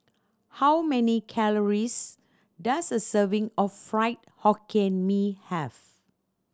how many calories does a serving of Fried Hokkien Mee have